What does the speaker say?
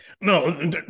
No